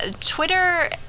Twitter